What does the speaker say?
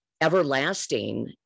everlasting